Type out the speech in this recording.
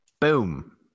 Boom